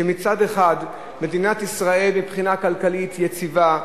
שמצד אחד מדינת ישראל מבחינה כלכלית יציבה,